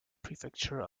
prefecture